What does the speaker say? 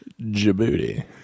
Djibouti